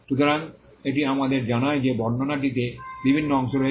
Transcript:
সুতরাং এটি আমাদের জানায় যে বর্ণনাটিতে বিভিন্ন অংশ রয়েছে